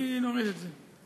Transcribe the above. מבחינתי, להוריד את זה.